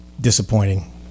disappointing